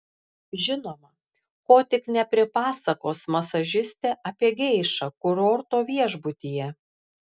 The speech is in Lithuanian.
žinoma ko tik nepripasakos masažistė apie geišą kurorto viešbutyje